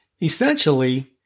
Essentially